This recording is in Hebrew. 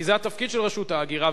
כי זה התפקיד של רשות ההגירה.